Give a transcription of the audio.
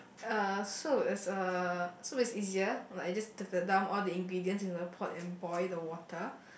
uh so it's uh so it's easier like you just have to dump into the pot and boil the water